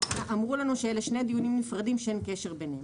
אמרו לנו שאלה שני דיונים נפרדים שאין קשר ביניהם.